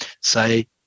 say